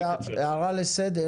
אילן בר, מנכ"ל חרמון מעבדה.